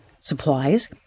supplies